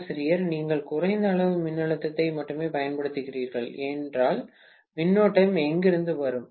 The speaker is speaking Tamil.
பேராசிரியர் நீங்கள் குறைந்த அளவு மின்னழுத்தத்தை மட்டுமே பயன்படுத்துகிறீர்கள் என்றால் மின்னோட்டம் எங்கிருந்து வரும்